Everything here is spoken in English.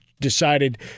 decided